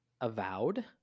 avowed